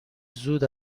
زود